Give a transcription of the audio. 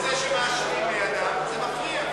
וזה שמעשנים לידם מפריע.